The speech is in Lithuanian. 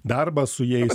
darbas su jais